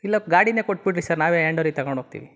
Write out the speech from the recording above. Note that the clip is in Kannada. ಇಲ್ಲ ಗಾಡಿನೇ ಕೊಟ್ಬಿಡ್ರಿ ಸರ್ ನಾವೇ ಹ್ಯಾಂಡ್ ಓವರಿಗೆ ತಗೊಂಡು ಹೋಗ್ತೀವಿ